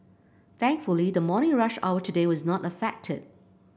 thankfully the morning rush hour today was not affected